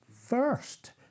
First